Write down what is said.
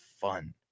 fun